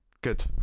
good